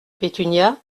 pétunia